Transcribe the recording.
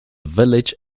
village